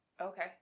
Okay